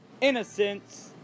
Innocence